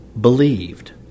believed